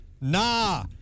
nah